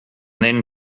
then